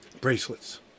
Bracelets